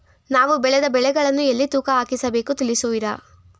ನಾವು ಬೆಳೆದ ಬೆಳೆಗಳನ್ನು ಎಲ್ಲಿ ತೂಕ ಹಾಕಿಸ ಬೇಕು ತಿಳಿಸುವಿರಾ?